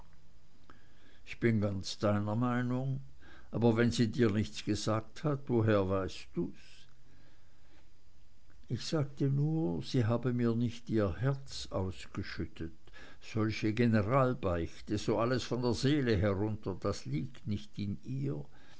ich bin ganz deiner meinung aber wenn sie dir nichts gesagt hat woher weißt du's ich sagte nur sie habe mir nicht ihr herz ausgeschüttet solche generalbeichte so alles von der seele herunter das liegt nicht in ihr